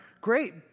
Great